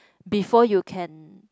before you can